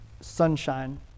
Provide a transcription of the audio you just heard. sunshine